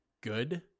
good